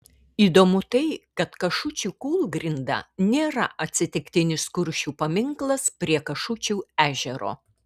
įdomu tai kad kašučių kūlgrinda nėra atsitiktinis kuršių paminklas prie kašučių ežero